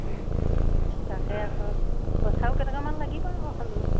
তাকে আকৌ পইচাও কেইটকামান লাগিব আকৌ হ'লেও